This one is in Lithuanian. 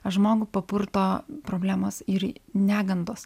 žmogų papurto problemos ir negandos